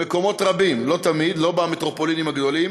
במקומות רבים, לא תמיד, לא במטרופולינים הגדולות,